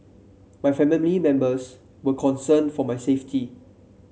my family members were concerned for my safety